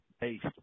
based